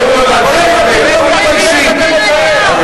חברת הכנסת מירי רגב,